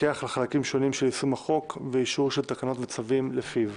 תפקח על חלקים שונים של יישום החוק ואישור של תקנות וצווים לפיו.